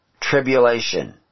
tribulation